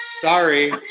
Sorry